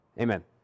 Amen